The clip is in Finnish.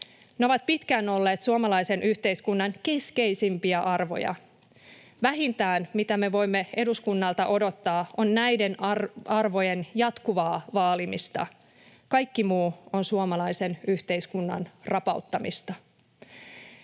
Ne ovat pitkään olleet suomalaisen yhteiskunnan keskeisimpiä arvoja. Vähintä, mitä me voimme eduskunnalta odottaa, on näiden arvojen jatkuva vaaliminen. Kaikki muu on suomalaisen yhteiskunnan rapauttamista.